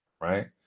Right